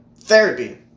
Therapy